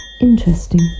Interesting